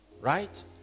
Right